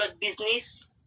business